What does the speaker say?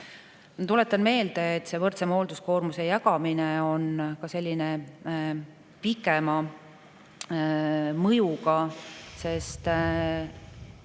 Tuletan meelde, et see võrdsem hoolduskoormuse jagamine on ka pikema mõjuga, sest